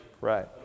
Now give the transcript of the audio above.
right